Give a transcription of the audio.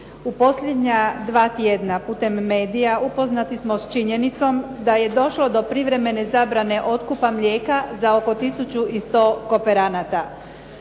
U posljednja dva tjedna putem medija upoznati smo s činjenicom da je došlo do privremene zabrane otkupa mlijeka za oko 1100 kooperanata.